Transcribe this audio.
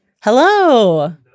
Hello